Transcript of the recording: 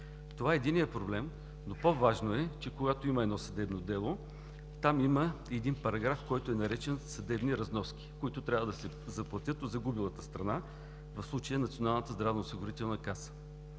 Това е единият проблем. Но по-важно е, че, когато има едно съдебно дело, там има и един параграф, който е наречен „съдебни разноски“, които трябва да се заплатят от загубилата страна, в случая е Националната здравноосигурителна каса.